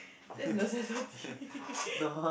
that's necessity